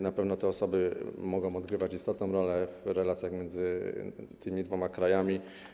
Na pewno te osoby mogą odgrywać istotną rolę w relacjach między tymi dwoma krajami.